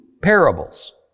parables